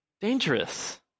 dangerous